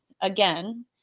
again